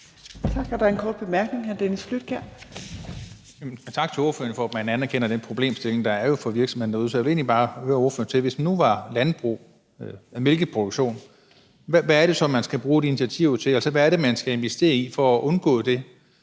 Tak. Der er en kort bemærkning.